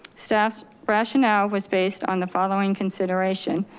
staff's rationale was based on the following consideration.